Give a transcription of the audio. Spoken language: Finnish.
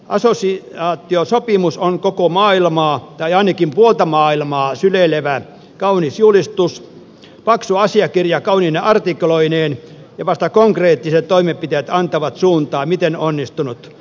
assosiaatiosopimus on koko maailmaa tai ainakin puolta maailmaa syleilevä kaunis julistus paksu asiakirja kauniine artikloineen ja vasta konkreettiset toimenpiteet antavat suuntaa miten onnistunut sopimus on